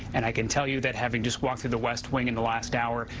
and i can tell you that having just walked through the west wing in the last hour,